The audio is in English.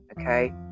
okay